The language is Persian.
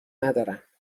ندارم